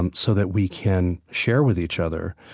and so that we can share with each other.